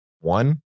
one